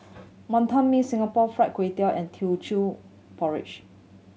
Wonton Mee Singapore Fried Kway Tiao and Teochew Porridge